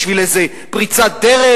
בשביל איזה פריצת דרך?